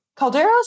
Calderos